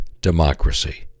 democracy